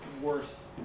worse